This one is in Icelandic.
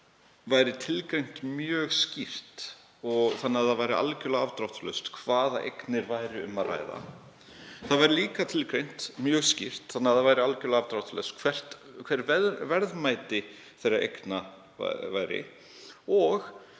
væri það tilgreint mjög skýrt, þannig að það væri algjörlega afdráttarlaust hvaða eignir væri um að ræða. Það væri líka tilgreint mjög skýrt, þannig að það væri algjörlega afdráttarlaust, hvert verðmæti þeirra eigna væri og